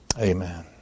Amen